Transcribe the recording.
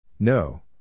No